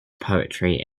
poetry